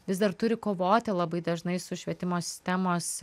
vis dar turi kovoti labai dažnai su švietimo sistemos